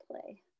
play